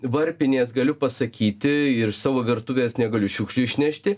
varpinės galiu pasakyti iš savo virtuvės negaliu šiukšlių išnešti